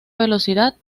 velocidad